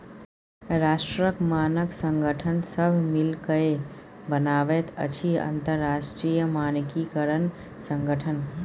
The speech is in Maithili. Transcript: राष्ट्रक मानक संगठन सभ मिलिकए बनाबैत अछि अंतरराष्ट्रीय मानकीकरण संगठन